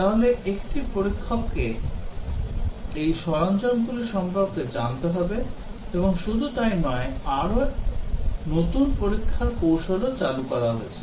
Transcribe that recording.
তাহলে একটি পরীক্ষককে এই সরঞ্জামগুলি সম্পর্কে জানতে হবে এবং শুধু তাই নয় আরও নতুন পরীক্ষার কৌশলও চালু করা হয়েছে